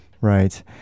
right